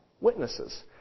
witnesses